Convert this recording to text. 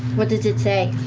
what does it say?